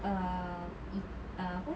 uh eat uh apa